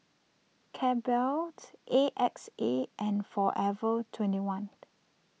Calbee A X A and forever twenty one